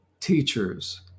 teachers